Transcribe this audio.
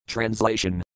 Translation